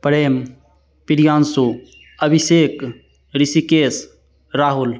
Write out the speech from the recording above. Prem Priyanshu Abhishek Rishikesh Rahul